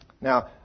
Now